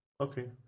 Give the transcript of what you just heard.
Okay